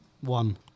One